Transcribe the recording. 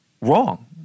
wrong